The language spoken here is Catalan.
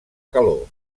calor